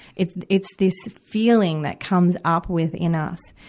it's it's this feeling that comes up within us,